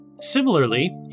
Similarly